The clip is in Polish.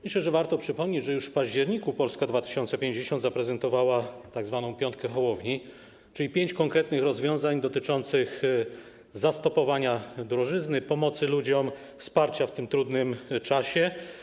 Myślę, że warto przypomnieć, że już w październiku Polska 2050 zaprezentowała tzw. piątkę Hołowni, czyli pięć konkretnych rozwiązań dotyczących zastopowania drożyzny, pomocy ludziom, wsparcia w tym trudnym czasie.